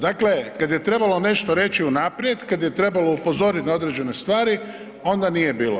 Dakle, kad je trebalo nešto reći unaprijed, kad je trebalo upozorit na određene stvari onda nije bilo.